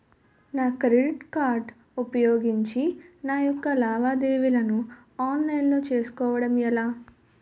నా credit card ఉపయోగించి నా యెక్క లావాదేవీలను ఆన్లైన్ లో చేసుకోవడం ఎలా?